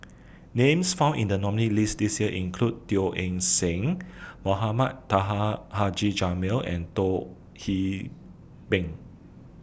Names found in The nominee list This Year include Teo Eng Seng Mohamed Taha Haji Jamil and Hee Beng